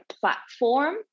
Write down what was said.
platform